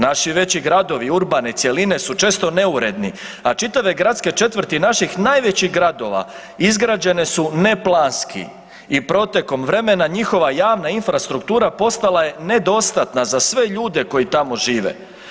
Naši veći gradovi i urbane cjeline su često neuredni, a čitave gradske četvrti naših najvećih gradova izgrađene su neplanski i protekom vremena njihova javna infrastruktura postala je nedostatna za sve ljude koji tamo žive.